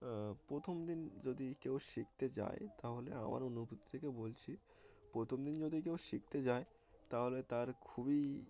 প্রথম দিন যদি কেউ শিখতে যায় তাহলে আমার অনুভূতি থেকে বলছি প্রথম দিন যদি কেউ শিখতে যায় তাহলে তার খুবই